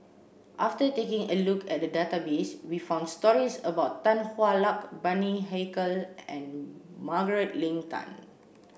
after taking a look at the database we found stories about Tan Hwa Luck Bani Haykal and Margaret Leng Tan